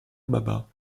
baba